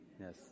yes